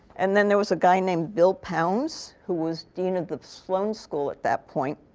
and then there was a guy named bill pounds, who was dean of the sloan school at that point,